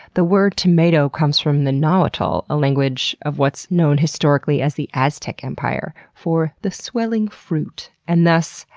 the word tomato comes from the nahuatl, a language of what's known historically as the aztec empire, for, the swelling fruit and thus,